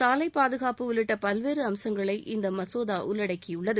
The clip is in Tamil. சாலை பாதுகாப்பு உள்ளிட்ட பல்வேறு அம்சங்களை இந்த மசோதா உள்ளடக்கியுள்ளது